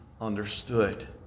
understood